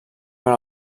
per